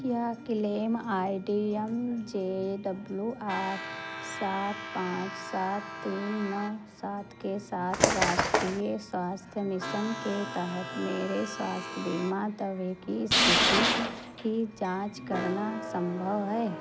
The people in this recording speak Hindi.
क्या claim I D M J W R सात पाँच सात तीन नौ सात के साथ राष्ट्रीय स्वास्थ्य मिसन के तहत मेरे स्वास्थ्य बीमा दावे की स्थिति की जाँच करना संभव है